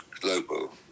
global